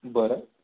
बरं